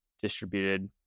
distributed